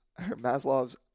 Maslow's